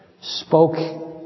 spoke